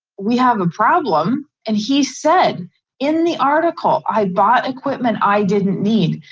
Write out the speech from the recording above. we have a problem and he said in the article, i bought equipment i didn't need.